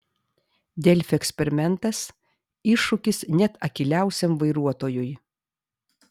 delfi eksperimentas iššūkis net akyliausiam vairuotojui